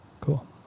Cool